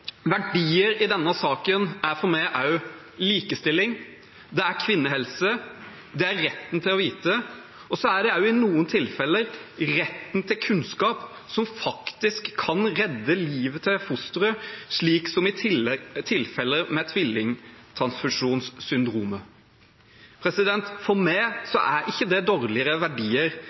verdier i denne saken er for meg også likestilling, det er kvinnehelse, det er retten til å vite, og så er det også i noen tilfeller retten til kunnskap som faktisk kan redde livet til fosteret, slik som i tilfeller med tvilling–tvilling-transfusjonssyndrom. For meg er ikke det dårligere verdier